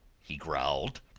he growled.